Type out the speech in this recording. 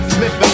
Smith